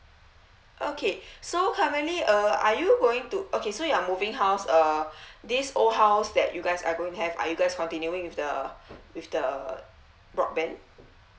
okay so currently uh are you going to okay so you're moving house uh this old house that you guys are going to have are you guys continuing with the with the broadband